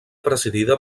presidida